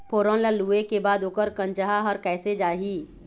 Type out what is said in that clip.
फोरन ला लुए के बाद ओकर कंनचा हर कैसे जाही?